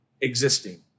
existing